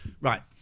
Right